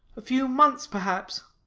a few months, perhaps.